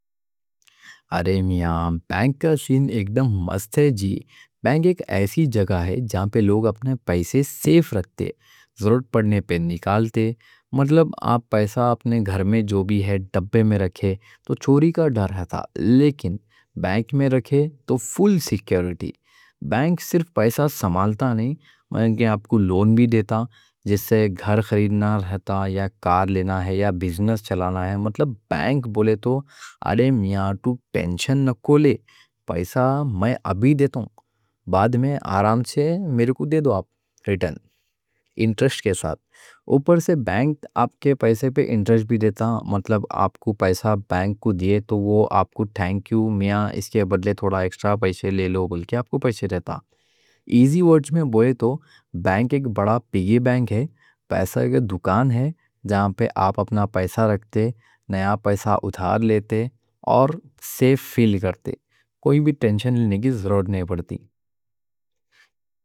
ارے میاں، بینک کا سین ایکدم مست ہے جی۔ بینک ایک ایسی جگہ ہے جہاں پہ لوگ اپنے پیسے سیف رکھتے، ضرورت پڑنے پہ نکالتے۔ مطلب آپ پیسا اپنے گھر میں جو بھی ہے ڈبے میں رکھے تو چوری کا ڈر رہتا، لیکن بینک میں رکھے تو فل سیکیورٹی۔ بینک صرف پیسا سنبھالتا نہیں، بلکہ آپ کو لون بھی دیتا جس سے گھر خریدنا رہتا یا کار لینا ہے یا بزنس چلانا ہے۔ مطلب، بینک بولے تو ارے میاں، تو ٹینشن نا کوں لے، پیسا میں ابھی دیتا ہوں، بعد میں آرام سے میرے کو دے دو، آپ ریٹرن انٹرسٹ کے ساتھ۔ اوپر سے بینک آپ کے پیسے پہ انٹرسٹ بھی دیتا، مطلب آپ کو پیسا بینک کو دیے تو وہ آپ کو تھانکیو میاں، اس کے بدلے تھوڑا ایکسٹرا پیسے لے لو۔ ایزی ورڈز میں بولے تو، بینک ایک دکان ہے جہاں پہ آپ اپنا پیسا رکھتے، نیا پیسا ادھار لیتے، اور سیف فیل کرتے، کوئی بھی ٹینشن لینے کی ضرورت نہیں پڑتی۔